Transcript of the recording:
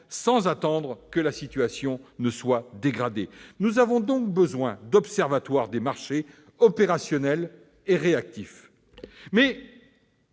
sans attendre que la situation se dégrade. Nous avons donc besoin d'observatoires des marchés opérationnels et réactifs. Il